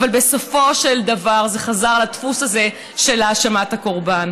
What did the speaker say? אבל בסופו של דבר זה חזר לדפוס הזה של האשמת הקורבן.